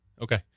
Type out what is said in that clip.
Okay